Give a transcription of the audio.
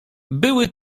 były